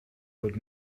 would